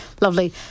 Lovely